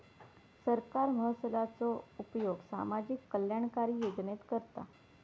सरकार महसुलाचो उपयोग सामाजिक कल्याणकारी योजनेत करता